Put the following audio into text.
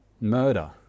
murder